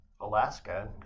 Alaska